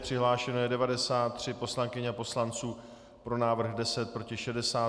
Přihlášeno je 93 poslankyň a poslanců, pro návrh 10, proti 67.